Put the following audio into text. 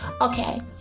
Okay